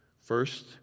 First